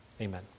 Amen